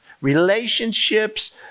Relationships